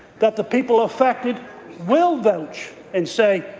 that the people affected will vouch and say,